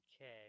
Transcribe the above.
Okay